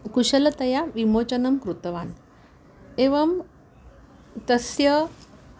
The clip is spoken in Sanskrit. कुशलतया विमोचनं कृतवान् एवं तस्य